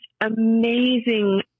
amazing